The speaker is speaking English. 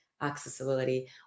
accessibility